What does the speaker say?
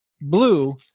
blue